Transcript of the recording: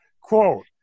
Quote